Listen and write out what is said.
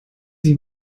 sie